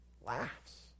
laughs